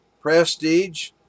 prestige